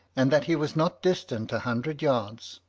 and that he was not distant a hundred yards.